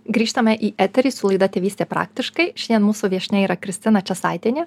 grįžtame į eterį su laida tėvystė praktiškai šiandien mūsų viešnia yra kristina česaitienė